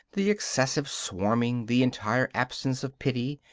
the excessive swarming, the entire absence of pity,